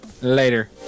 later